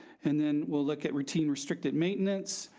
and then we'll look at routine restricted maintenance.